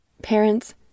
Parents